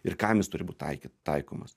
ir kam jis turi būt taikyt taikomas